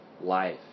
life